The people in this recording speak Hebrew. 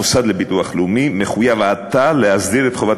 המוסד לביטוח לאומי מחויב עתה להסדיר את חובת